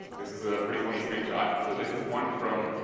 this is a pretty funny screenshot. so this is one from